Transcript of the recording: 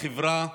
לחברה ולמדינה.